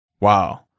Wow